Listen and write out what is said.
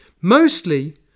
Mostly